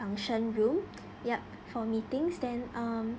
function room yup for meeting then um